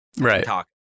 Right